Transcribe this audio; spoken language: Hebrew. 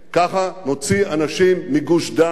ככה נוציא אנשים מגוש-דן,